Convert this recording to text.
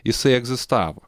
jisai egzistavo